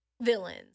villains